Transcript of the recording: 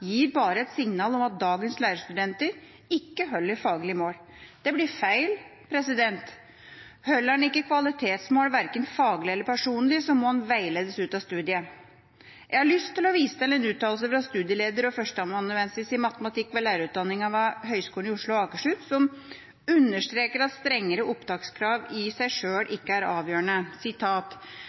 gir bare et signal om at dagens lærerstudenter ikke holder faglig mål. Det blir feil. Holder man ikke kvalitetsmål verken faglig eller personlig, må man veiledes ut av studiet. Jeg har lyst til å vise til en uttalelse fra studieleder og førsteamanuensis i matematikk ved lærerutdanninga ved Høgskolen i Oslo og Akershus som understreker at strengere opptakskrav i seg sjøl ikke er avgjørende: «Alle som har undervist matematikk i